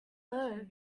low